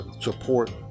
support